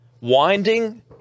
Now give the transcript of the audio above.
winding